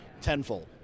tenfold